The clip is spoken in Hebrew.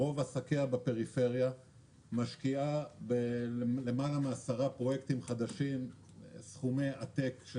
שרוב עסקיה בפריפריה ומשקיעה ביותר מעשרה פרויקטים חדשים סכומי עתק,